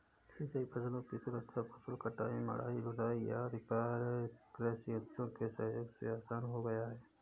सिंचाई फसलों की सुरक्षा, फसल कटाई, मढ़ाई, ढुलाई आदि कार्य कृषि यन्त्रों के सहयोग से आसान हो गया है